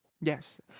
Yes